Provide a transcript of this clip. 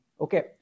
Okay